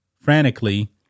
Frantically